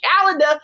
calendar